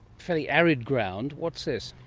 fairly arid ground. what's this?